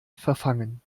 verfangen